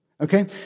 okay